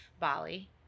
Bali